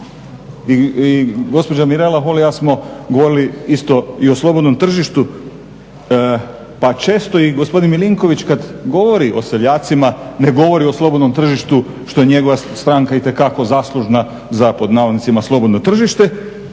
i gospođa Mirela Holy i ja smo govorili isto i o slobodnom tržištu pa često i gospodin Milinković kad govori o seljacima ne govori o slobodnom tržištu što je njegova stranka itekako zaslužna za pod navodnicima "slobodno" tržište,